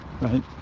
Right